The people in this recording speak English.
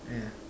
yeah